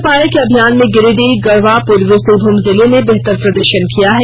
यह पाया कि इस अभियान में गिरिडीह गढ़वा पूर्वी सिंहभूम जिले ने बेहतर प्रदर्शन किया है